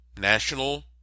national